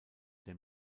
der